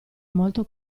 molto